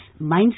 mindset